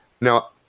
now